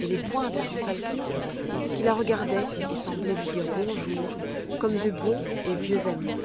et les pointes du falkniss qui la regardaient et semblaient lui dire bonjour comme de bons et vieux amis